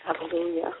Hallelujah